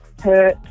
hurt